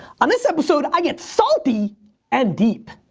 on this episode i get salty and deep.